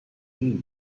read